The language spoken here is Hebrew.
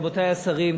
רבותי השרים,